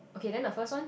okay then the first one